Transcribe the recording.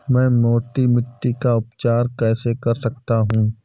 मैं मोटी मिट्टी का उपचार कैसे कर सकता हूँ?